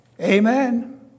Amen